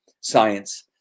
science